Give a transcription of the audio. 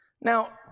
Now